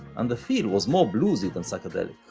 and the feel was more bluesy than psychedelic.